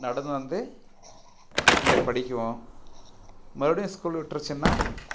நடந்து வந்து இங்கே படிக்கிவோம் மறுபடியும் ஸ்கூல் விட்டுருச்சின்னா